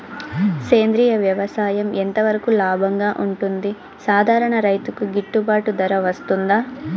సేంద్రియ వ్యవసాయం ఎంత వరకు లాభంగా ఉంటుంది, సాధారణ రైతుకు గిట్టుబాటు ధర వస్తుందా?